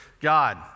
God